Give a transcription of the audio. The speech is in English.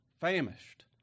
famished